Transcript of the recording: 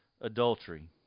adultery